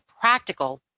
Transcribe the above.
practical